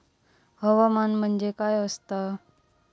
हवामान म्हणजे काय असता?